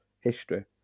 history